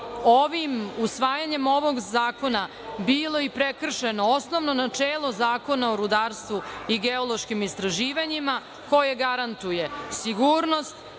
bi usvajanjem ovog zakona bilo i prekršeno osnovno načelo Zakona o rudarstvu i geološkim istraživanjima koje garantuje sigurnost,